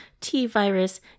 T-virus